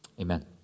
Amen